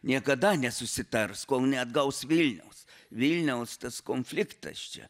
niekada nesusitars kol neatgaus vilniaus vilniaus tas konfliktas čia